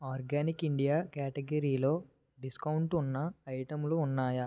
organic India క్యాటగరీలో discount ఉన్న ఐటెంలు ఉన్నాయా